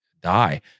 die